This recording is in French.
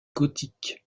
gothique